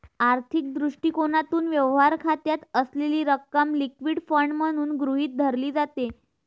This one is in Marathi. आर्थिक दृष्टिकोनातून, व्यवहार खात्यात असलेली रक्कम लिक्विड फंड म्हणून गृहीत धरली जाते